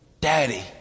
Daddy